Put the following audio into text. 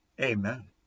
amen